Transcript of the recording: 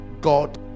God